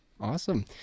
Awesome